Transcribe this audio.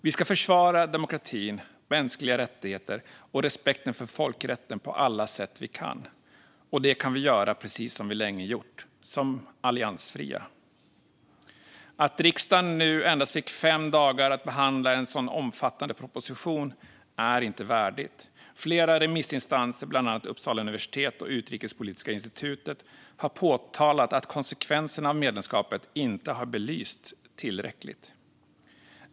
Vi ska försvara demokratin, mänskliga rättigheter och respekten för folkrätten på alla sätt vi kan, och det kan vi göra, precis som vi länge gjort, som alliansfria. Att riksdagen nu endast fick fem dagar på sig att behandla en sådan omfattande proposition är inte värdigt. Flera remissinstanser, bland annat Uppsala universitet och Utrikespolitiska institutet, har påtalat att konsekvenserna av medlemskapet inte har belysts tillräckligt.